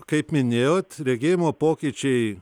kaip minėjot regėjimo pokyčiai